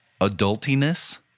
adultiness